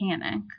panic